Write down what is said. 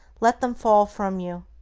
let them fall from you.